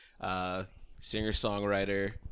singer-songwriter